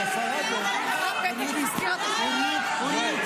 כשהשרה ------ אבל אנחנו רוצים תשובת שר במועד אחר.